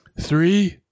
Three